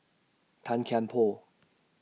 Tan Kian Por